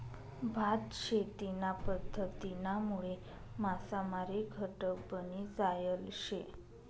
भात शेतीना पध्दतीनामुळे मासामारी घटक बनी जायल शे